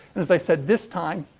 as i said, this time,